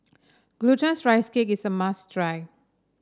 Glutinous Rice Cake is a must try